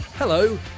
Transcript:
Hello